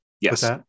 Yes